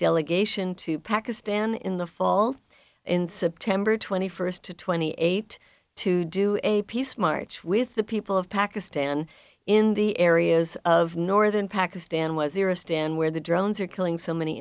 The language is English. delegation to pakistan in the fall in september twenty first to twenty eight to do a peace march with the people of pakistan in the areas of northern pakistan was there a stand where the drones are killing so many